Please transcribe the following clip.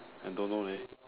I don't know leh